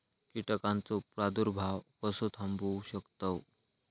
कीटकांचो प्रादुर्भाव कसो थांबवू शकतव?